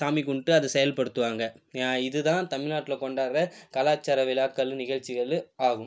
சாமி கும்பிட்டு அதை செயல்படுத்துவாங்க இதுதான் தமிழ்நாட்டில் கொண்டாடுகிற கலாச்சார விழாக்கள் நிகழ்ச்சிகள் ஆகும்